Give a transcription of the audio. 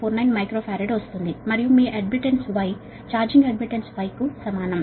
49 microfarad అవుతుంది మరియు మీ admittance Y charging admittance Y jωC కు సమానం